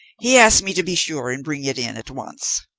he asked me to be sure and bring it in at once.